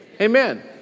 Amen